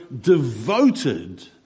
devoted